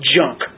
junk